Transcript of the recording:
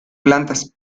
plantas